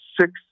six